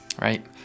right